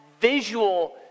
visual